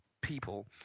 people